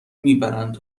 میبرند